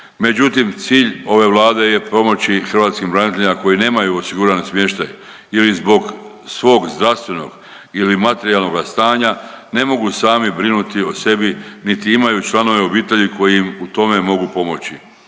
Međutim, cilj ove Vlade je pomoći hrvatskim braniteljima koji nemaju osiguran smještaj ili zbog svog zdravstvenog ili materijalnoga stanja ne mogu sami brinuti o sebi niti imaju članove obitelji koji im u tome mogu pomoći.